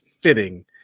fitting